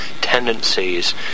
tendencies